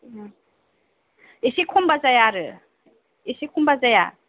एसे खमबा जाया आरो एसे खमबा जाया